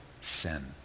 sin